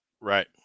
Right